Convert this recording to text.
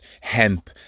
hemp